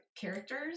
characters